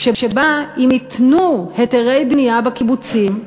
שבה אם ייתנו היתרי בנייה בקיבוצים,